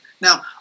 Now